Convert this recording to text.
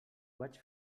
vaig